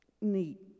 neat